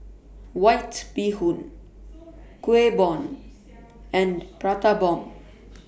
White Bee Hoon Kueh Bom and Prata Bomb